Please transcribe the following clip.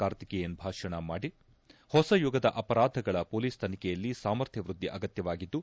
ಕಾರ್ತಿಕೇಯನ್ ಭಾಷಣ ಮಾಡಿ ಹೊಸಯುಗದ ಅಪರಾಧಗಳ ಹೊಲೀಸ್ ತನಿಖೆಯಲ್ಲಿ ಸಾಮರ್ಥ್ಯ ವೃದ್ಧಿ ಅಗತ್ಯವಾಗಿದ್ದು